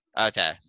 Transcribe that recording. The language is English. Okay